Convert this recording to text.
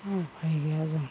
उफाय गैया जों